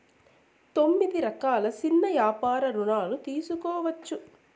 తొమ్మిది రకాల సిన్న యాపార రుణాలు తీసుకోవచ్చు